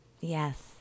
Yes